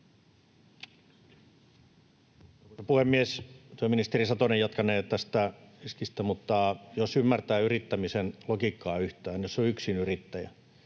puhemies! Työministeri Satonen jatkanee tästä riskistä, mutta jos ymmärtää yrittämisen logiikkaa yhtään, jos on yksinyrittäjä,